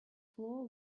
floor